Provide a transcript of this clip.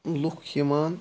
لُکھ یِوان